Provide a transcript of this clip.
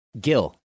Gil